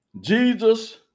Jesus